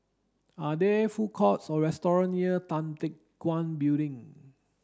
are there food courts or restaurants near Tan Teck Guan Building